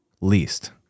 least